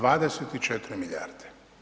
24 milijarde.